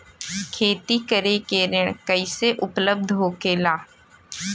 खेती करे के ऋण कैसे उपलब्ध होखेला?